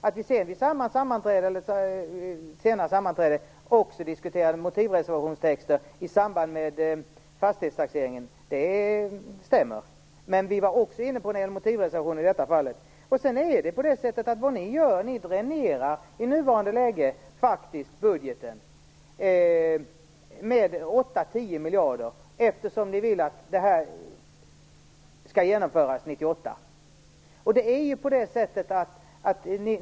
Att vi sedan vid samma sammanträde eller ett senare sammanträde också diskuterade motivreservationstexter i samband med fastighetstaxeringen stämmer. Men vi var också inne på motivreservationer i det här fallet. I nuvarande läge dränerar ni faktiskt budgeten med 8-10 miljarder, eftersom ni vill att detta skall genomföras 1998.